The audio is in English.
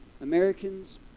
Americans